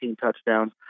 touchdowns